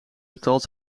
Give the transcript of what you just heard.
betaald